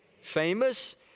Famous